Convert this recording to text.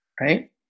Right